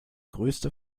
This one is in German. größte